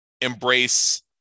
embrace